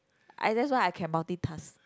I that's why I can multitask